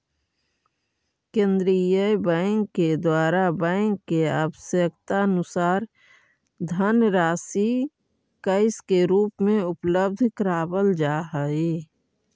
केंद्रीय बैंक के द्वारा बैंक के आवश्यकतानुसार धनराशि कैश के रूप में उपलब्ध करावल जा हई